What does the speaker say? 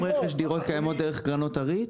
גם רכש דירות קיימות דרך קרנות הריט.